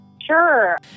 Sure